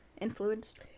Influenced